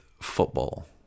football